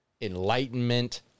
enlightenment